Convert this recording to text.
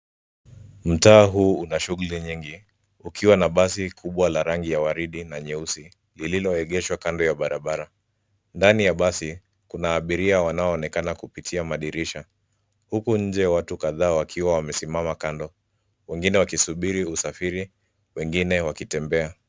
Mtaa huu una shughuli nyingi, ukiwa na basi kubwa la rangi ya waridi na nyeusi, lililoegeshwa kando ya barabara. Ndani ya basi, kuna abiria wanaoonekana kupitia madirisha, huku nje watu kadhaa wakiwa wamesimama kando, wengine wakisubiri usafiri, wengine.